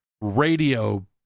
radio